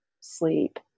sleep